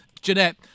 Jeanette